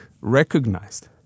recognized